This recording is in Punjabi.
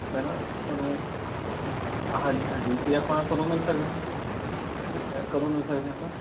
ਮੈਂ ਨਾ ਤੁਹਾਨੂੰ ਹਾਂ ਹਾਂਜੀ ਹਾਂਜੀ ਅਤੇ ਆਪਾਂ ਕਦੋਂ ਮਿਲ ਸਕਦੇ ਹਾਂ ਅਤੇ ਕਦੋਂ ਮਿਲ ਸਕਦੇ ਹਾਂ ਆਪਾਂ